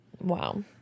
Wow